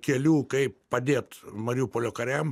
kelių kaip padėt mariupolio kariam